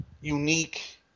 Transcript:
unique